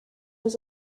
was